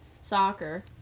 soccer